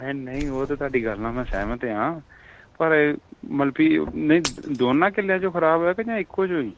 ਹੈ ਨਹੀਂ ਉਹ ਤਾਂ ਤੁਹਾਡੀ ਗੱਲ ਨਾਲ ਮੈਂ ਸਹਿਮਤ ਹਾਂ ਪਰ ਮਤਲਬ ਕਿ ਨਹੀਂ ਦੋਨਾਂ ਕਿੱਲਿਆਂ 'ਚੋਂ ਖ਼ਰਾਬ ਹੋਇਆ ਕਿ ਜਾਂ ਇੱਕੋ 'ਚ ਹੋਈ